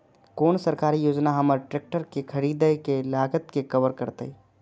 कोन सरकारी योजना हमर ट्रेकटर के खरीदय के लागत के कवर करतय?